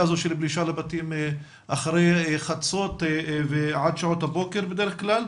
הזו של פלישה לבתים אחרי חצות ועד שעות הבוקר בדרך כלל.